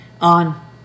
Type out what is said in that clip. on